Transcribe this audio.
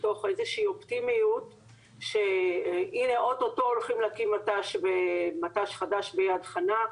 מתוך איזו שהיא אופטימיות שהנה אוטוטו הולכים להקים מט"ש חדש ביד חנה,